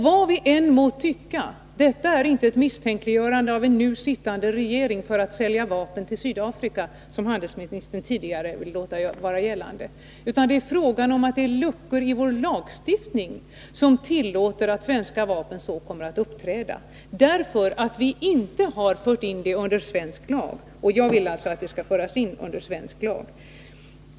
Vad vi än må tycka — detta är inte ett misstänkliggörande av den nu sittande regeringen att den i dag skulle sälja vapen till Sydafrika, som handelsministern ville låta göra gällande, utan det är fråga om luckor i vår lagstiftning som tillåter att svenska vapen kan uppträda så. Det beror på att vi inte fört in licenstillverkning under svensk lag. Jag vill att den skall föras in under svensk lag.